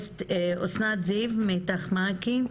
רשות הדיבור לאסנת זיו מאית"ך מעכי.